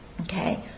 Okay